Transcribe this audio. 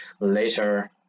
later